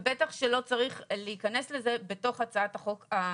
ובטח שלא צריך להיכנס לזה בתוך הצעת החוק הנוכחית.